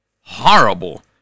horrible